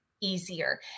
easier